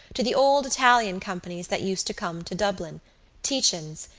to the old italian companies that used to come to dublin tietjens,